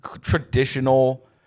traditional